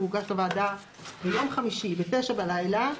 הוא הוגש לוועדה ביום חמישי ב-21:00 בלילה,